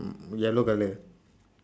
mm yellow colour ah